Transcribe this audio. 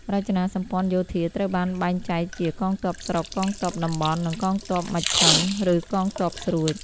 រចនាសម្ព័ន្ធយោធាត្រូវបានបែងចែកជា កងទ័ពស្រុក កងទ័ពតំបន់ និងកងទ័ពមជ្ឈិម (ឬ កងទ័ពស្រួច)។